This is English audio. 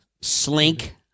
slink